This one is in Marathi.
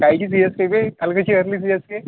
कायची सी एस के बे काल कशी हरली सी एस के